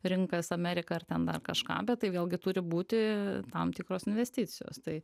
rinkas ameriką ar ten dar kažką bet tai vėlgi turi būti tam tikros investicijos tai